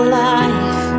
life